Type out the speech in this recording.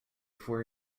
for